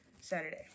Saturday